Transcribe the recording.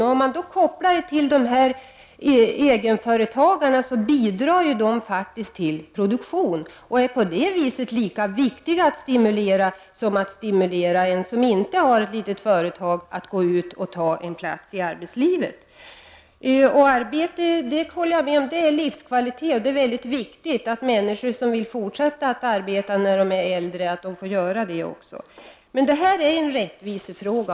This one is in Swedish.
Detta kan kopplas till egenföretagarna, som bidrar till produktionen och på det viset är lika viktiga att stimulera som dem som inte har ett litet företag. Jag håller med om att arbete är livskvalitet. Det är mycket viktigt att människor som vill fortsätta att arbeta när de är äldre får göra det. Det här är en rättvisefråga.